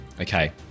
Okay